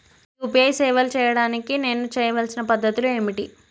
UPI సేవలు చేయడానికి నేను చేయవలసిన పద్ధతులు ఏమిటి?